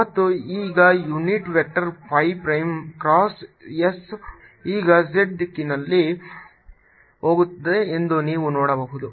ಮತ್ತು ಈಗ unit vector phi prime cross s ಈಗ z ದಿಕ್ಕಿನಲ್ಲಿ ಹೋಗುತ್ತಿದೆ ಎಂದು ನೀವು ನೋಡಬಹುದು